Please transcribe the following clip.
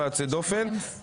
בצורה באמת יוצאת דופן.